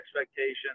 expectations